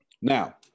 Now